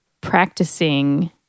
practicing